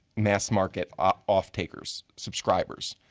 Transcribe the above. mass market ah off-takers, subscribers.